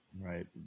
right